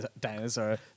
dinosaur